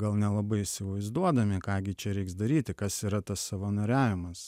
gal nelabai įsivaizduodami ką gi čia reiks daryti kas yra tas savanoriavimas